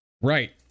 right